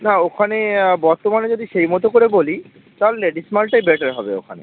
না ওখানে বর্তমানে যদি সেই মতো করে বলি তাহলে লেডিস মালটাই বেটার হবে ওখানে